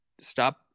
stop